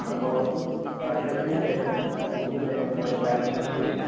അപ്പോൾ ഭക്ഷണത്തിന് ശേഷം മൂന്ന് നേരം ഓരോ പാരസെറ്റമോൾ കഴിക്കുക